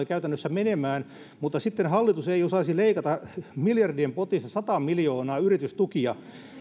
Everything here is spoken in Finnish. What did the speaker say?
käytännössä menemään mutta sitten hallitus ei osaisi leikata miljardien potista sata miljoonaa yritystukia